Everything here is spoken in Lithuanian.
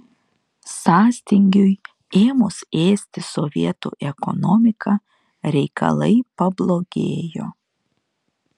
sąstingiui ėmus ėsti sovietų ekonomiką reikalai pablogėjo